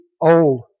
old